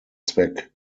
zweck